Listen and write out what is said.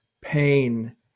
pain